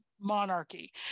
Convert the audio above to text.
monarchy